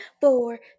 four